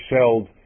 shelled